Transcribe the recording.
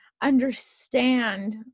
understand